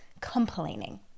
complaining